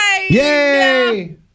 Yay